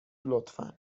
لطفا